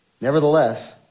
Nevertheless